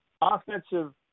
offensive